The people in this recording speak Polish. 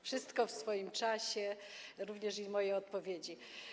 Wszystko w swoim czasie, również moje odpowiedzi.